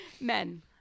Men